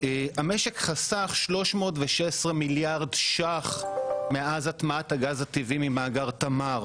המשק חסך 316 מיליארד שקלים מאז הטמעת הגז הטבעי ממאגר תמר,